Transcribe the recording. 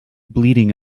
bleeding